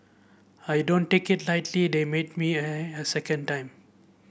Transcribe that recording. I don't take it lightly they made me a a second time